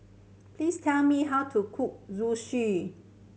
please tell me how to cook Zosui